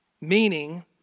Meaning